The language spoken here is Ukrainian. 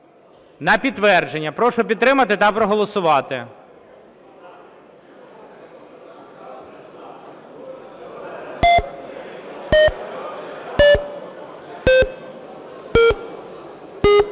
На підтвердження. Прошу підтримати та проголосувати.